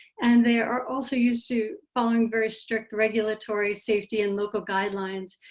and they are also used to following very strict regulatory safety and local guidelines.